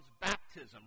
baptism